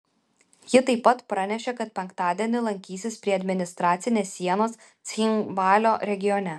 ji taip pat pranešė kad penktadienį lankysis prie administracinės sienos cchinvalio regione